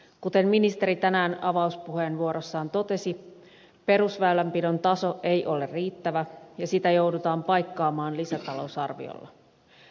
kuten ministeri tänään avauspuheenvuorossaan totesi perusväylänpidon taso ei ole riittävä ja sitä joudutaan paikkaamaan lisätalousarviolla